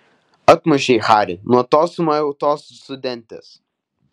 atmušei harį nuo tos sumautos studentės